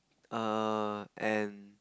err and